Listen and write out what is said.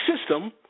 system